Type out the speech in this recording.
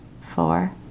four